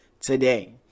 today